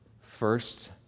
first